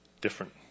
Different